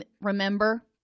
remember